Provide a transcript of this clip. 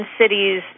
cities